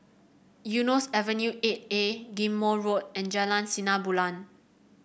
Eunos Avenue Eight A Ghim Moh Road and Jalan Sinar Bulan